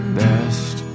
best